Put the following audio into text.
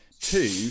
two